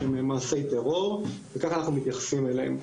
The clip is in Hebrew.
הם מעשי טרור וככה אנחנו מתייחסים אליהם.